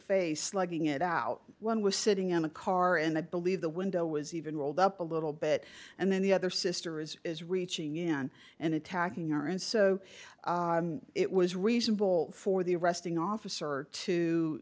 face slugging it out one was sitting in a car and i believe the window was even rolled up a little bit and then the other sister is is reaching in and attacking are in so it was reasonable for the arresting officer to